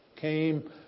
came